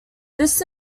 this